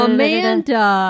Amanda